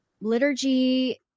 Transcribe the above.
liturgy